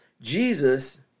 Jesus